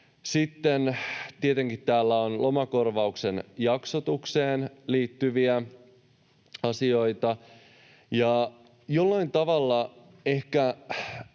tietenkin täällä on lomakorvauksen jaksotukseen liittyviä asioita. Jollain tavalla ehkä